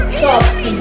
top